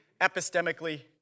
epistemically